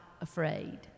Afraid